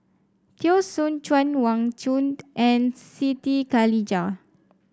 Teo Soon Chuan Wang Chunde and Siti Khalijah